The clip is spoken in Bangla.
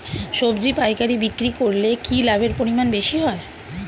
সবজি পাইকারি বিক্রি করলে কি লাভের পরিমাণ বেশি হয়?